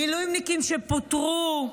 מילואימניקים שפוטרו.